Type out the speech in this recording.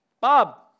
Bob